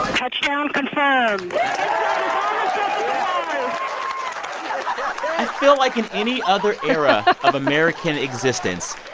touch down confirmed i i feel like in any other era. of american existence,